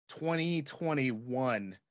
2021